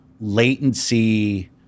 latency